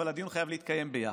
אבל הדיון חייב להתקיים ביחד.